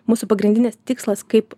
mūsų pagrindinis tikslas kaip